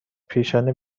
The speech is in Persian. پیشانی